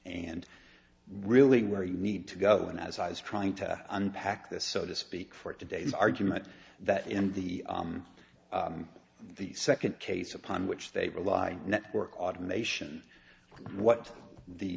and really where you need to go and as i was trying to unpack this so to speak for today's argument that in the the second case upon which they rely network automation what the